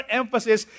emphasis